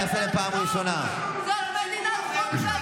זאת מדינת חוק.